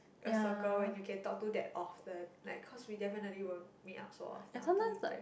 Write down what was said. a circle when you can talk to that often like cause we definitely won't meet up so often after we grad